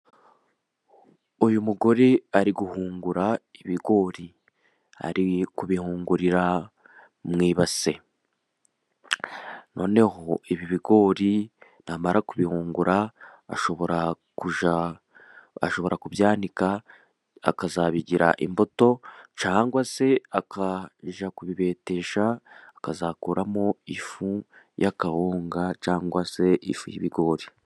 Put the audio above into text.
Uyu mugore ari guhungura ibigori, ari kubihungurira mu ibase, noneho ibi bigori namara kubihungura ashobora kujya, ashobora kubyanika akazabigira imboto cyangwa se akajya kubibetesha akazakuramo ifu y'akahunga cyangwa se ifu y'ibigori.